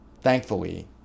thankfully